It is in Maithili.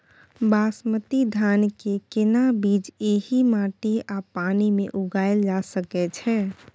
बासमती धान के केना बीज एहि माटी आ पानी मे उगायल जा सकै छै?